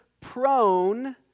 prone